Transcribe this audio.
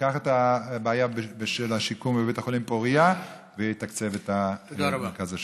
ייקח את הבעיה של השיקום בבית החולים פוריה ויתקצב את מרכז השיקום.